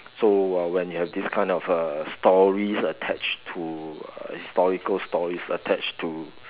so uh when you have this kind of uh stories attached to historical stories attached to